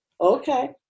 okay